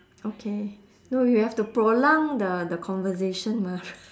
okay don't worry we have to prolong the conversation mah